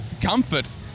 comfort